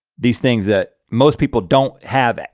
these things that most people don't have,